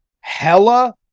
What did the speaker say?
hella